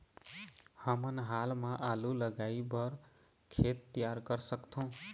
हमन हाल मा आलू लगाइ बर खेत तियार कर सकथों?